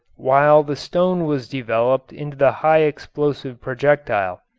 while the stone was developed into the high explosive projectile.